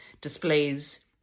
displays